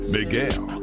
Miguel